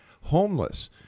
homeless